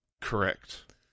Correct